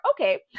Okay